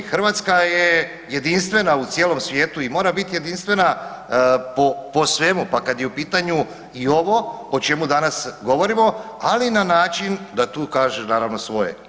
Hrvatska je jedinstvena u cijelom svijetu i mora bit jedinstvena po svemu, pa kad je u pitanju i ovo o čemu danas govorimo, ali na način da tu kažeš naravno svoje.